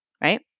right